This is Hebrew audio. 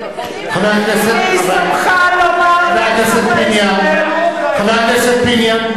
מי שמך לומר לאזרחי ישראל, חבר הכנסת פיניאן.